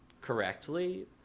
correctly